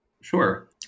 Sure